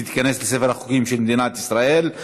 ותיכנס לספר החוקים של מדינת ישראל.